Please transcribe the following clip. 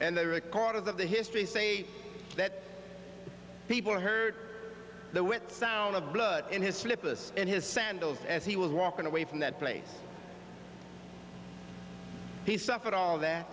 and the record of the history say that people hurt the with sound of blood in his slippers and his sandals as he was walking away from that place he suffered all that